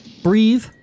Breathe